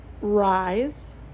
Rise